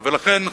לכן,